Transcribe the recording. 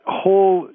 whole